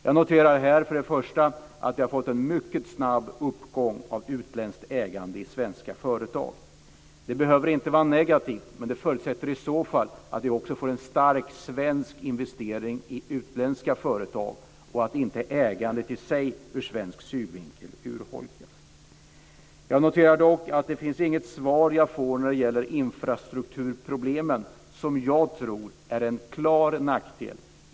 Jag noterar att vi har fått en mycket snabb uppgång av utländskt ägande i svenska företag. Detta behöver inte vara negativt, men det förutsätter i så fall att vi också får en stark svensk investering i utländska företag och att inte ägandet i sig ur svensk synvinkel urholkas. Jag noterar att jag inte får något svar när det gäller infrastrukturproblemen, som jag tror är en klar nackdel.